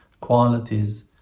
qualities